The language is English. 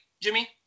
Jimmy